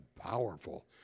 powerful